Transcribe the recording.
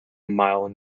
mile